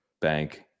bank